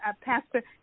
Pastor